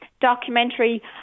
documentary